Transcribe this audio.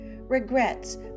regrets